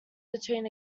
between